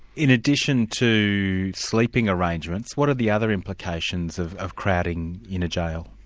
in addition to sleeping arrangements, what are the other implications of of crowding in a jail?